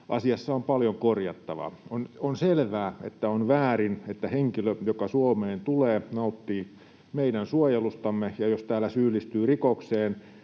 asiassa on paljon korjattavaa. On selvää, että on väärin, että jos henkilö, joka Suomeen tulee ja nauttii meidän suojelustamme, syyllistyy täällä rikokseen,